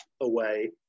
away